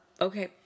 Okay